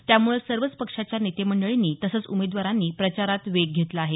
त्यामुळे सर्वच पक्षाच्या नेतेमंडळींनी तसंच उमेदवारांनी प्रचारात वेग घेतला आहे